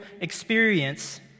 experience